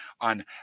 on